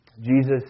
Jesus